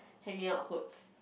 hanging out clothes